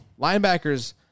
linebackers